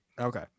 Okay